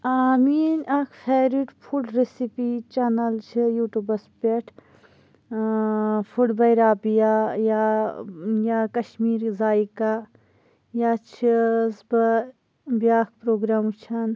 میٲنۍ اکھ favourite food recipe channel چھِ یوٗٹوٗبَس پیٹھ فُڈ باے رابِیا یا یا کَشمیٖری ذایقہ یا چھَس بہٕ بیاکھ پروگرام وٕچھان